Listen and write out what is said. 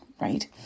right